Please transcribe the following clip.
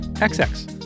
X-X